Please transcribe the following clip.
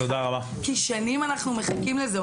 כי שנים אנחנו מחכים לזה.